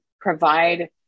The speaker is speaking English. provide